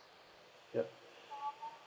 yup